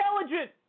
intelligent